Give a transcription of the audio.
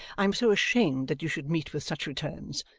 i am so ashamed that you should meet with such returns.